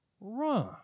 Run